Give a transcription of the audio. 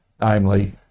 namely